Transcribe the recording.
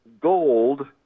gold